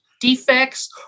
defects